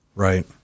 Right